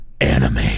anime